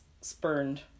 spurned